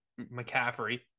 McCaffrey